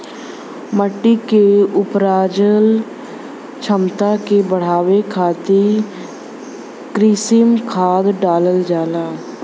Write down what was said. मट्टी के उपराजल क्षमता के बढ़ावे खातिर कृत्रिम खाद डालल जाला